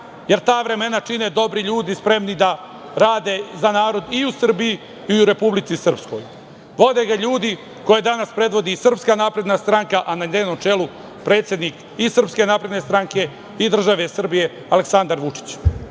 jer ta vremena čine dobri ljudi spremni da rade za narod i u Srbiji i u Republici Srpskoj. Vode ga ljudi koje danas predvodi SNS, a na njenom čelu predsednik i SNS i države Srbije Aleksandar Vučić.U